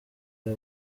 aya